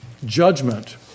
Judgment